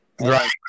Right